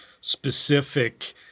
specific